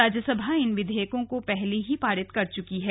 राज्यसभा इन विधेयकों को पहले ही पारित कर चुकी है